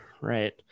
right